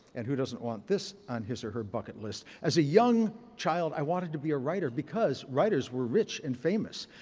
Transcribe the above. and who doesn't want this on his or her bucket list. as a young child, i wanted to be a writer because writers were rich and famous.